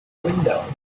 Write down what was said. window